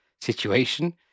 situation